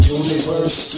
universe